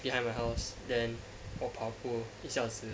behind my house then 我跑 for 一小时